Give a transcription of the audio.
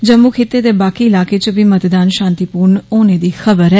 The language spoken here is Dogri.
जम्मू खिते दे बाकी इलाके च बी मतदान शांतिपूर्ण होने दी खबर ऐ